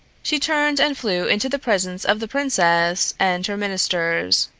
she turned and flew into the presence of the princess and her ministers.